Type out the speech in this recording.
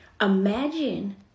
Imagine